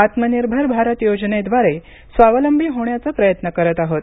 आत्मनिर्भर भारत योजनेद्वारे स्वावलंबी होण्याचा प्रयत्न करत आहोत